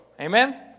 Amen